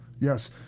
yes